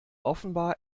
offenbar